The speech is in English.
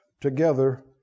together